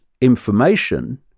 information